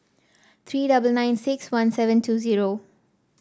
three double nine six one seven two zero